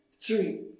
three